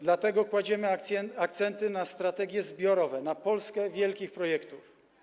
Dlatego kładziemy akcenty na strategie zbiorowe, na Polskę wielkich projektów.